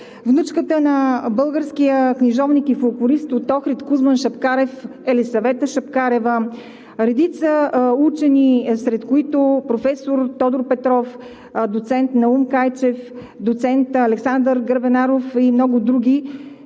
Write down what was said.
внучката на българския книжовник и фолклорист от Охрид Кузман Шапкарев – Елисавета Шапкарева, редица учени, сред които професор Тодор Петров, доцент Наум Кайчев, доцент Александър Гребенаров и много други